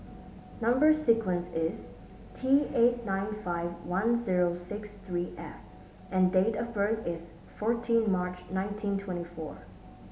number sequence is T eight nine five one zero six three F and date of birth is fourteen March nineteen twenty four